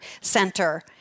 center